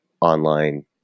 online